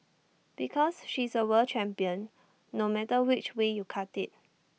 because she's A world champion no matter which way you cut IT